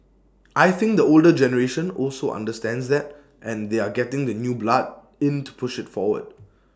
I think the older generation also understands that and they are getting the new blood into push IT forward